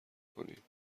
کنید